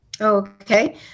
Okay